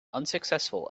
unsuccessful